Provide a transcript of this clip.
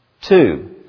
Two